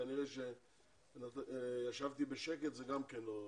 כנראה שישבתי בשקט וזה גם כן לא טוב.